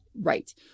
Right